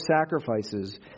sacrifices